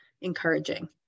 encouraging